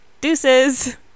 deuces